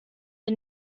ihr